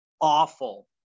awful